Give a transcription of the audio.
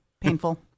Painful